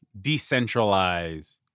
decentralize